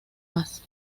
más